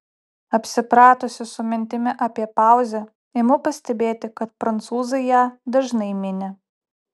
apsipratusi su mintimi apie pauzę imu pastebėti kad prancūzai ją dažnai mini